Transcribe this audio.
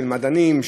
של מדענים,